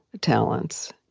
talents